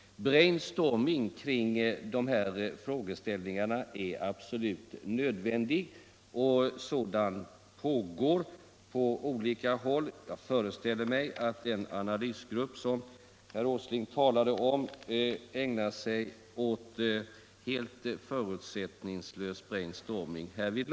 Brainstorming kring dessa frågeställningar är absolut nödvändig, och sådan pågår på olika håll; jag föreställer mig att den analysgrupp som herr Åsling talade om ägnar sig åt helt förutsättningslös brainstorming härvidlag.